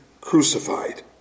crucified